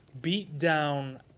Beatdown